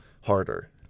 harder